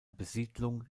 besiedlung